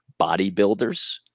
bodybuilders